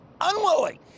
unwilling